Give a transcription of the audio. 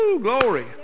glory